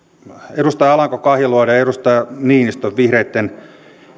edustaja alanko kahiluodon ja edustaja niinistön vihreitten